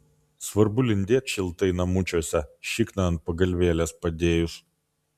svarbu lindėt šiltai namučiuose šikną ant pagalvėlės padėjus